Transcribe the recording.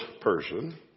person